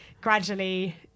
gradually